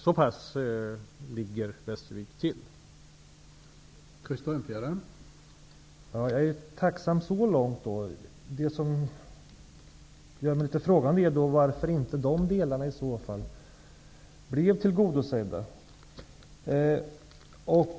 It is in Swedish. Så pass ligger Västervik till.